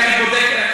אני בודק,